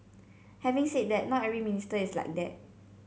having said that not every minister is like that